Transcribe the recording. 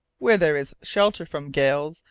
where there is shelter from gales,